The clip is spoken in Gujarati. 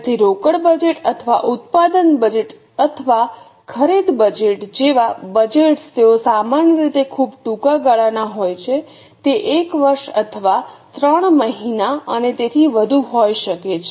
તેથી રોકડ બજેટ અથવા ઉત્પાદન બજેટ અથવા ખરીદ બજેટ જેવા બજેટ્સ તેઓ સામાન્ય રીતે ખૂબ ટૂંકા ગાળા માટે હોય છે તે 1 વર્ષ અથવા 3 મહિના અને તેથી વધુ હોઈ શકે છે